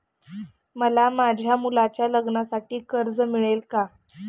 मला माझ्या मुलाच्या लग्नासाठी कर्ज मिळेल का?